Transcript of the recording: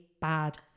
bad